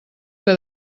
que